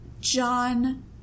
John